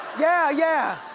yeah, yeah.